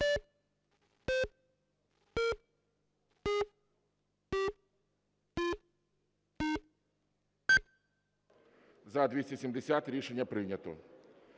За-276 Рішення прийнято.